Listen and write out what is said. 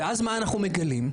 ואז מה אנחנו מגלים?